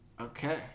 Okay